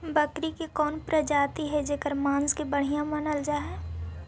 बकरी के कौन प्रजाति हई जेकर मांस के बढ़िया मानल जा हई?